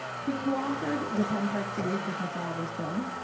he coauthored the ten part series with mr. oliver stone,